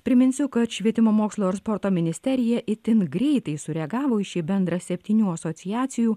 priminsiu kad švietimo mokslo ir sporto ministerija itin greitai sureagavo į šį bendrą septynių asociacijų